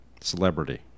celebrity